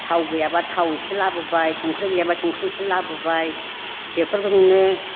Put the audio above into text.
थाव गैयाबा थाव एसे लाबोबाय संख्रि गैयाबा संख्रि एसे लाबोबाय बेफोरबायदिनो